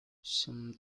some